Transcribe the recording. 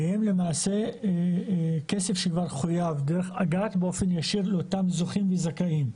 כי הם למעשה כסף שכבר חויב דרך אג"ת באופן ישיר לאותם זוכים וזכאים.